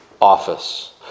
office